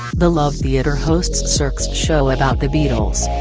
the love theater hosts cirque's show about the beatles.